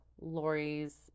Lori's